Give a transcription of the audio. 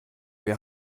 wir